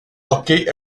okay